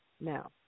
Now